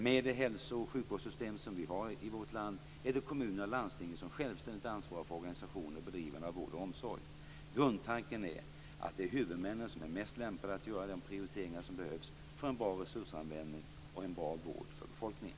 Med det hälso och sjukvårdssystem som vi har i vårt land är det kommunerna och landstingen som självständigt ansvarar för organisation och bedrivande av vård och omsorg. Grundtanken är att det är huvudmännen som är mest lämpade att göra de prioriteringar som behövs för en bra resursanvändning och en bra vård för befolkningen.